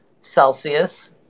Celsius